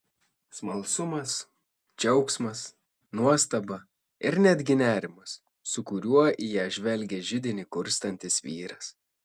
smalsumas džiaugsmas nuostaba ir netgi nerimas su kuriuo į ją žvelgė židinį kurstantis vyras